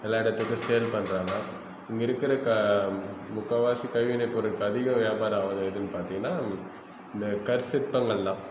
எல்லா இடத்துக்கும் சேல் பண்ணுறாங்க இங்கே இருக்கிற க முக்கால்வாசி கைவினைப் பொருட்கள் அதிகம் வியாபாரம் ஆகுறது எதுன்னு பார்த்தீங்கன்னா இந்த கற்சிற்பங்கள்லாம்